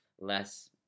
less